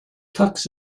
tux